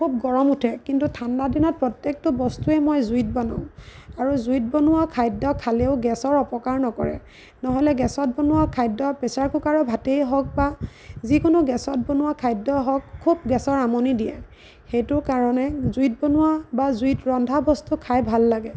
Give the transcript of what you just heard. খুব গৰম উঠে কিন্তু ঠাণ্ডা দিনত প্ৰত্যেকতো বস্তুৱেই মই জুইত বনাওঁ আৰু জুইত বনোৱা খাদ্য খালেও গেছৰ অপকাৰ নকৰে নহ'লে গেছত বনোৱা খাদ্য প্ৰেচাৰ কুকাৰৰ ভাতেই হওক বা যিকোনো গেছত বনোৱা খাদ্য হওক খুব গেছৰ আমনি দিয়ে সেইটো কাৰণে জুইত বনোৱা বা জুইত ৰন্ধা বস্তু খাই ভাল লাগে